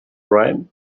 right